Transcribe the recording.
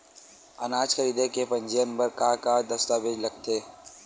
अनाज खरीदे के पंजीयन बर का का दस्तावेज लगथे?